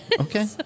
Okay